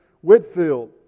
Whitfield